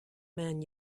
man